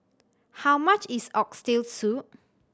how much is Oxtail Soup